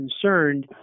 concerned